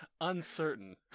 Uncertain